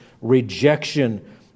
rejection